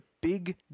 big